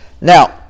Now